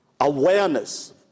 awareness